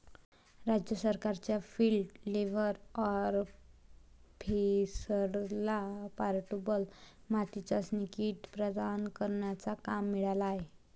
राज्य सरकारच्या field level ऑफिसरला पोर्टेबल माती चाचणी किट प्रदान करण्याचा काम मिळाला आहे